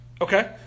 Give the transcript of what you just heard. Okay